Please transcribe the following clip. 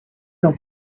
dans